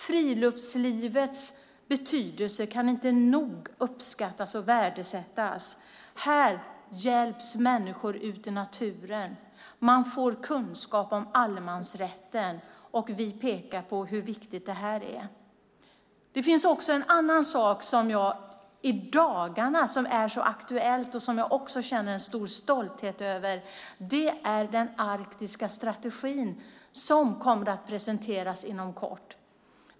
Friluftslivets betydelse kan inte nog uppskattas och värdesättas. Här hjälps människor ut i naturen. De får kunskap om allemansrätten och vi pekar på hur viktigt det här är. Det finns en annan sak som är mycket aktuell i dagarna och som jag också känner en stor stolthet över. Det är den arktiska strategi som kommer att presenteras inom kort.